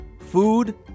food